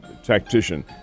Tactician